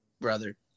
Brother